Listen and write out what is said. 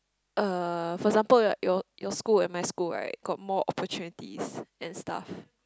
uh for example like your your school and my school right got more opportunities and stuff